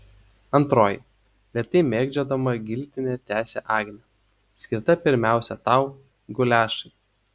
antroji lėtai mėgdžiodama giltinę tęsia agnė skirta pirmiausia tau guliašai